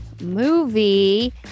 movie